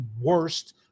worst